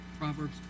Proverbs